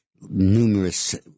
numerous